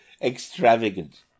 extravagant